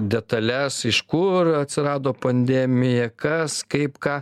detales iš kur atsirado pandemija kas kaip ką